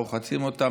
רוחצים אותה,